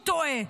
הוא טועה.